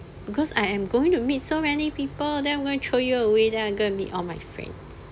because I am going to meet so many people then I'm going to throw you away then I go and meet all my friends